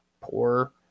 poor